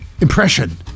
impression